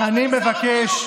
אני מבקש.